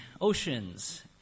oceans